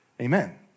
amen